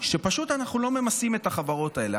שפשוט אנחנו לא ממסים את החברות האלה.